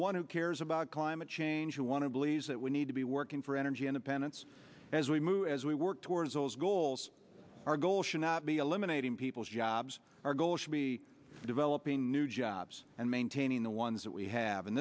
one who cares about climate change you want to believe that we need to be working for energy independence as we move as we work towards those goals our goal should not be eliminating people's jobs our goal should be developing new jobs and maintaining the ones that we have in